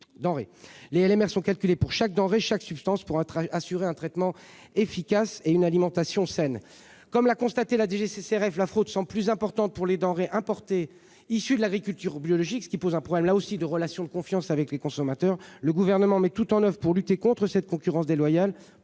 Les LMR sont calculés pour chaque denrée et chaque substance, afin d'assurer un traitement efficace et une alimentation saine. Comme l'a constaté la DGCCRF, la fraude semble plus importante pour les produits importés issus de l'agriculture biologique, ce qui pose un problème de relation de confiance à l'égard des consommateurs. Le Gouvernement met tout en oeuvre pour lutter contre cette concurrence déloyale